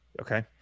Okay